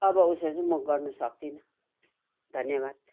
अब उसो चाहिँ म गर्नु सक्दिनँ धन्यवाद